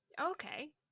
Okay